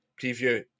preview